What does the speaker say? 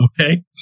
Okay